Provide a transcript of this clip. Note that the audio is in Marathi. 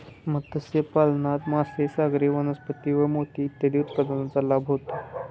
मत्स्यपालनात मासे, सागरी वनस्पती व मोती इत्यादी उत्पादनांचा लाभ होतो